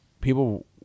people